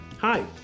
Hi